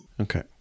Okay